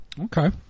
Okay